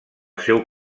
seu